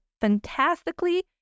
fantastically